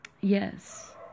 yes